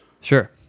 Sure